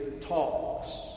talks